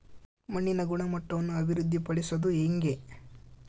ಮಣ್ಣಿನ ಗುಣಮಟ್ಟವನ್ನು ಅಭಿವೃದ್ಧಿ ಪಡಿಸದು ಹೆಂಗೆ?